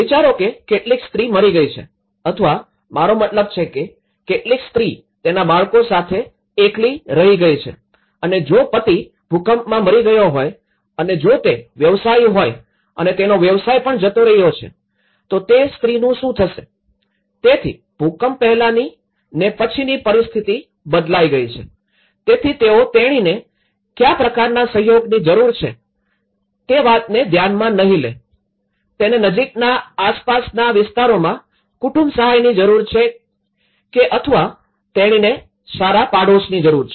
વિચારો કે કેટલીક સ્ત્રી મરી ગઈ છે અથવા મારો મતલબ છે કે કેટલીક સ્ત્રી તેના બાળકો સાથે એકલી રહી ગઈ છે અને જો પતિ ભૂકંપમાં મરી ગયો હોય અને જો તે વ્યવસાયી હોય અને તેનો વ્યવસાય પણ જતો રહ્યો છે તો તે સ્ત્રીનું શું થશે તેથી ભૂકંપ પહેલાની ને પછીની પરિસ્થિતિ બદલાય ગઈ છે તેથી તેઓ તેણીને ક્યાં પ્રકારના સહયોગની જરૂર છે તેને વાતને ધ્યામાં નહિ લે તેને નજીકના આસપાસના વિસ્તારોમાં કુટુંબની સહાયની જરૂર છે કે અથવા તેણીને સારા પાડોશની જરૂર છે